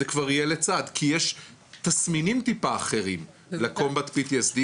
זה כבר יהיה לצד כי יש תסמינים טיפה אחרים ל-Combat PTSD,